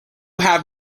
have